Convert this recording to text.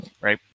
Right